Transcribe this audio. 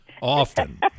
often